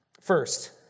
First